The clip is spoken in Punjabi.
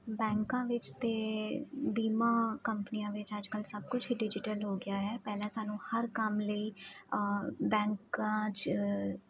ਬੈਂਕਾਂ ਵਿੱਚ ਅਤੇ ਬੀਮਾ ਕੰਪਨੀਆਂ ਵਿੱਚ ਅੱਜ ਕੱਲ੍ਹ ਸਭ ਕੁਛ ਹੀ ਡਿਜੀਟਲ ਹੋ ਗਿਆ ਹੈ ਪਹਿਲਾਂ ਸਾਨੂੰ ਹਰ ਕੰਮ ਲਈ ਬੈਂਕਾਂ 'ਚ